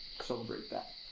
celebrate that.